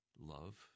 love